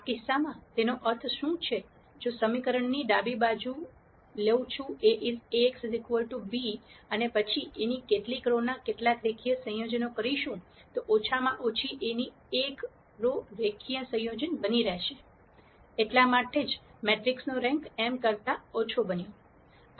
આ કિસ્સામાં તેનો અર્થ શું છે જો હું સમીકરણની ડાબી બાજુ લેઉં છું Ax b અને પછી A ની કેટલીક રો નાં કેટલાક રેખીય સંયોજનો કરીશ તો ઓછામાં ઓછી A ની એક રો રેખીય સંયોજન બની રહેશે એટલા માટે જ મેટ્રિક્સનો રેન્ક m કરતા ઓછો બન્યો